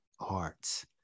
hearts